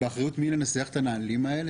באחריות מי זה לנסח את הנהלים האלה?